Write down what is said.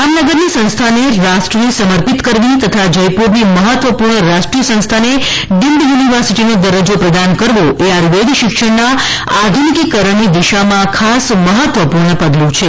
જામનગરની સંસ્થાને રાષ્ટ્રને સમર્પિત કરવી તથા જયપુરની મહત્વપૂર્ણ રાષ્ટ્રીય સંસ્થાને ડીમ્ડ યુનિવર્સિટીનો દરજ્જો પ્રદાન કરવો એ આયુર્વેદ શિક્ષણના આધુનિકીકરણની દિશામાં ખાસ મહત્વપૂર્ણ પગલું છે